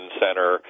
center